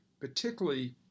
particularly